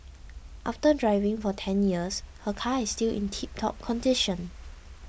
after driving for ten years her car is still in tiptop condition